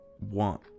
want